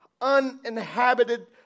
uninhabited